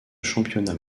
championnat